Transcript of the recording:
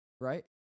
right